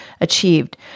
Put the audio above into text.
achieved